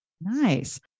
Nice